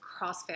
CrossFit